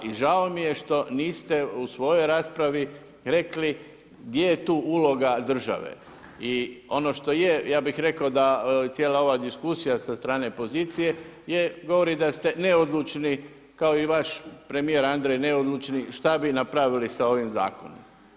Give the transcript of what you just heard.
I žao mi je što niste u svojoj raspravi rekli gdje je tu uloga države i ono što je, ja bih rekao da cijela ova diskusija sa strane pozicije govori da ste neodlučni, kao i vaš premijer Andrej neodlučni što bi nabavili sa ovim Zakonom.